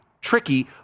tricky